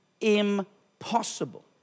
impossible